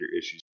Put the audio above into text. issues